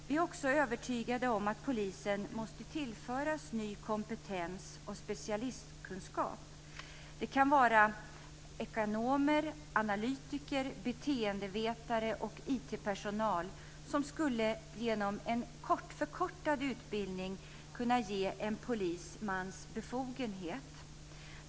Vi är också övertygade om att polisen måste tillföras ny kompetens och specialistkunskap. Det kan vara ekonomer, analytiker, beteendevetare och IT personal som genom en förkortad utbildning skulle kunna ges en polismans befogenhet.